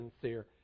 sincere